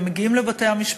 הם מגיעים לבתי-המשפט,